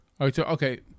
Okay